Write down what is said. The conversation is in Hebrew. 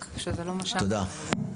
תודה.